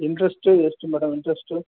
interest ಎಷ್ಟು madam interest